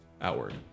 outward